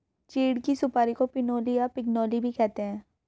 चीड़ की सुपारी को पिनोली या पिगनोली भी कहते हैं